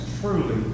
truly